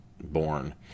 born